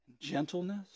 gentleness